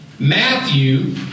Matthew